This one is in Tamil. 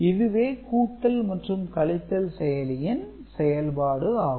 இதுவே கூட்டல் மற்றும் கழித்தல் செயலியின் செயல்பாடு ஆகும்